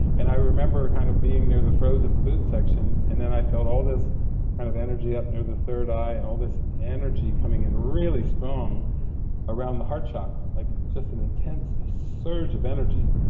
and i remember kind of being near the frozen foods section and then i felt all this and energy up near the third eye and all this energy coming in really strong around the heart chakra, like just an intense ah surge of energy.